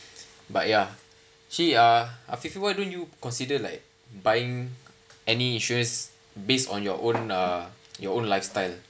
but ya actually ah afifi why don't you consider like buying any insurance based on your own uh your own lifestyle